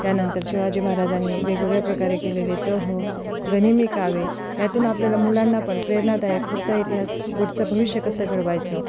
त्यानंतर शिवाजी महाराजांनी वेगवेगळ्या प्रकारे केलेले तह गनिमी कावे यातून आपल्याला मुलांना पण प्रेरणादायक पुढचा इतिहास पुढचं भविष्य कसं घडवायचं